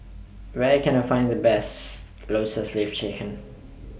Where Can I Find The Best Lotus Leaf Chicken